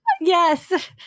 Yes